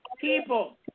people